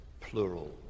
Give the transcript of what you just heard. Plural